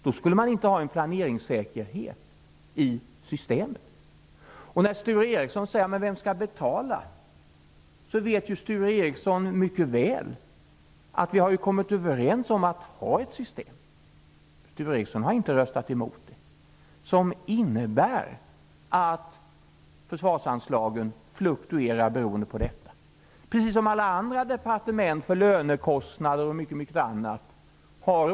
Då skulle man inte ha någon planeringssäkerhet i systemen. Sture Ericson frågar vem som skall betala. Han vet mycket väl att vi har kommit överens om att ha ett system -- Sture Ericson har inte röstat emot det -- som innebär att försvarsanslagen fluktuerar. Alla andra departement har precis på samma sätt olika former av system för lönekostnader och annat.